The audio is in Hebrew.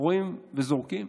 רואים וזורקים.